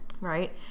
Right